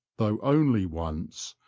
though only once,